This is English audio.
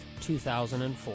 2004